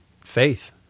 faith